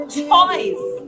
choice